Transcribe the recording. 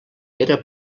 era